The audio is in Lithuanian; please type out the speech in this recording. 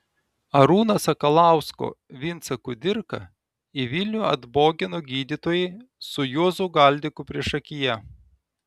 arūno sakalausko vincą kudirką į vilnių atbogino gydytojai su juozu galdiku priešakyje